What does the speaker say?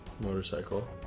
Motorcycle